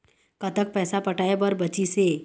कतक पैसा पटाए बर बचीस हे?